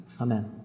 amen